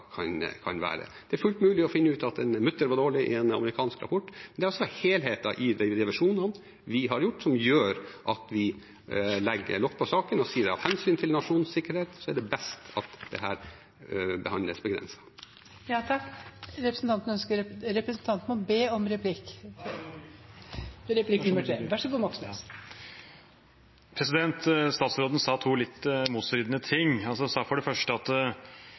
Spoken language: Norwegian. fullt mulig å finne ut at en mutter var dårlig i en amerikansk rapport, men det er helheten i de revisjonene vi har gjort, som gjør at vi legger lokk på saken og sier at av hensyn til nasjonens sikkerhet er det best at dette behandles Begrenset. Statsråden sa to litt motstridende ting. Han sa for det første at vi har rigget en god prosess for å få en debatt om